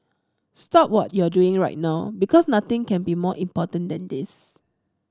stop what you're doing right now because nothing can be more important than this